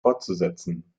fortzusetzen